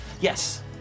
Yes